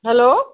hello